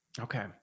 Okay